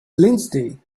lindsey